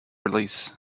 release